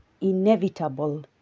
inevitable